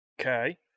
Okay